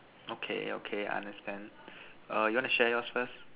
okay okay understand err you want to share yours first